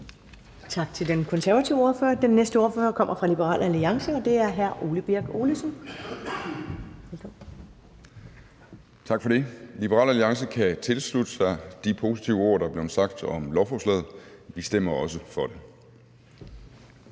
Tak til den konservative ordfører. Den næste ordfører kommer fra Liberal Alliance, og det er hr. Ole Birk Olesen. Kl. 10:09 (Ordfører) Ole Birk Olesen (LA): Tak for det. Liberal Alliance kan tilslutte sig de positive ord, der er blevet sagt om lovforslaget. Vi stemmer også for det.